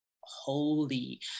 holy